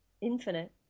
infinite